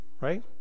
right